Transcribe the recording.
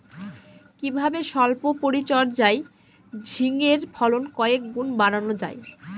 কিভাবে সল্প পরিচর্যায় ঝিঙ্গের ফলন কয়েক গুণ বাড়ানো যায়?